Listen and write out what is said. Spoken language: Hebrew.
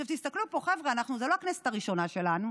תסתכלו פה, חבר'ה, זו לא הכנסת הראשונה שלנו,